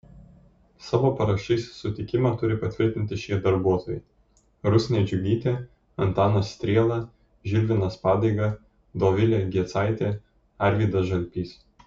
savo parašais sutikimą turi patvirtinti šie darbuotojai rusnė džiugytė antanas striela žilvinas padaiga dovilė gecaitė arvydas žalpys